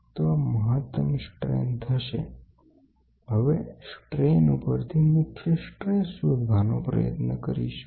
તો આ મહત્તમ સ્ટ્રેન થશે હવે સ્ટ્રેન ઉપરથી મુખ્ય સ્ટ્રેસ શોધવાનો પ્રયત્ન કરીશું